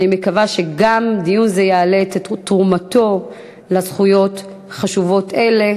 אני מקווה שגם דיון זה יעלה את תרומתו לזכויות חשובות אלו,